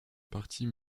partie